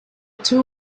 two